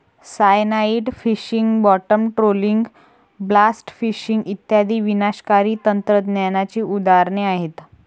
cyanide fishing, bottom trawling, blast fishing इत्यादी विनाशकारी तंत्रज्ञानाची उदाहरणे आहेत